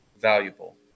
valuable